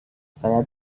saya